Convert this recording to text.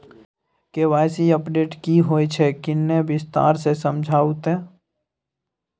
KYC update की होय छै किन्ने विस्तार से समझाऊ ते?